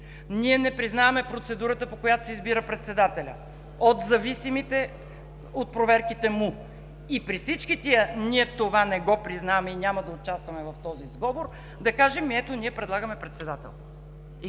ние не признаваме процедурата, по която се избира председателят от зависимите, от проверките му. И при всички тия: „Ние това не го признаваме и няма да участваме в този сговор“, да кажем: „Ами, ето – ние предлагаме председател!“